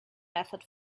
method